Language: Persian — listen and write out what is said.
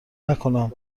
نکنم